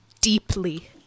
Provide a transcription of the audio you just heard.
deeply